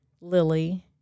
Lily